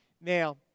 Now